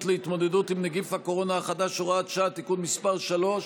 להתמודדות עם נגיף הקורונה החדש (הוראת שעה) (תיקון מס' 3)